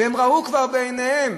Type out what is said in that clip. והם ראו כבר בעיניהם,